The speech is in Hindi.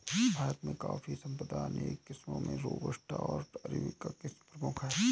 भारत में कॉफ़ी संपदा में अनेक किस्मो में रोबस्टा ओर अरेबिका किस्म प्रमुख है